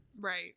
Right